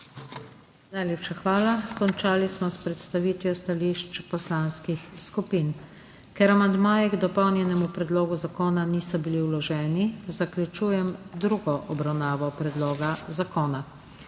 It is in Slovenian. Najlepša hvala. Končali smo s predstavitvijo stališč poslanskih skupin. Ker amandmaji k dopolnjenemu predlogu zakona niso bili vloženi, zaključujem drugo obravnavo predloga zakona.